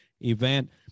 event